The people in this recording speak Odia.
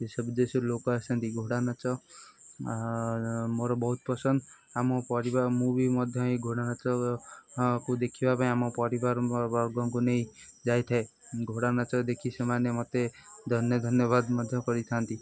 ଦେଶ ବିଦେଶରୁ ଲୋକ ଆସନ୍ତି ଘୋଡ଼ା ନାଚ ମୋର ବହୁତ ପସନ୍ଦ ଆମ ପରିବା ମୁଁ ବି ମଧ୍ୟ ଏ ଘୋଡ଼ା ନାଚକୁ ଦେଖିବା ପାଇଁ ଆମ ପରିବାର ମୋ ବର୍ଗଙ୍କୁ ନେଇ ଯାଇଥାଏ ଘୋଡ଼ା ନାଚ ଦେଖି ସେମାନେ ମୋତେ ଧନ୍ୟ ଧନ୍ୟବାଦ ମଧ୍ୟ କରିଥାନ୍ତି